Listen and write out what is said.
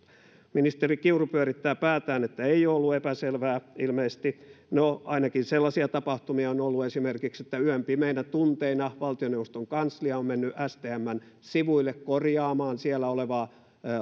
ministeri kiuru pyörittää päätään että ei ole ollut epäselvää ilmeisesti no ainakin sellaisia tapahtumia on ollut esimerkiksi että yön pimeinä tunteina valtioneuvoston kanslia on mennyt stmn sivuille korjaamaan siellä olevaa